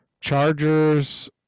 Chargers